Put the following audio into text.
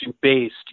based